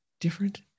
different